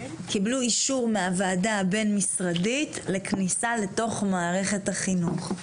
קיבלו אישור מהוועדה הבין-משרדית לכניסה לתוך מערכת החינוך.